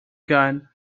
gone